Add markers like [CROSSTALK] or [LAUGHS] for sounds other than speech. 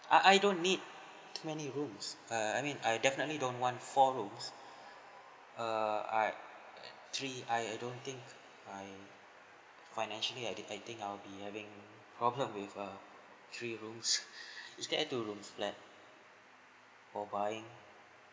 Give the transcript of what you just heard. ah I don't need many rooms uh I mean I definitely don't want four rooms err I three I I don't think I financially I did I think I'll be having problem with a three rooms [LAUGHS] is there a two room flat for buying